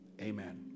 Amen